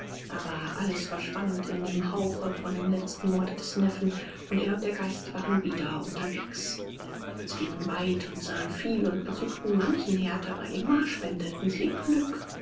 aber alles verschwand in dem hauche von dem letzten worte des neffen und er und der geist waren wieder unterwegs sie gingen weit und sahen viel und besuchten manchen herd aber immer spendeten sie glück